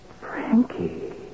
Frankie